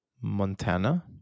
Montana